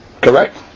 Correct